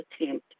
attempt